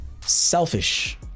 selfish